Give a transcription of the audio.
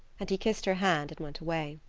and he kissed her hand and went away.